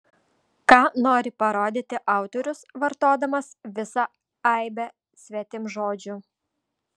ką nori parodyti autorius vartodamas visą aibę svetimžodžių